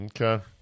Okay